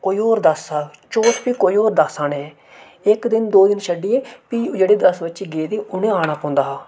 कोई होर दस आह्ग चौथ कोई होर दस आने हे इक दिन दो दिन छड्ढियै फ्ही जेह्ड़े दस बच्चे गेदे हे उनें आना पौंदा हा